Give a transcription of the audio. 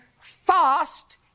fast